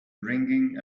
ringing